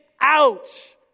out